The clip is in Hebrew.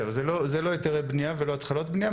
זה לא היתרי בנייה ולא התחלות בנייה,